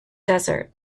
desert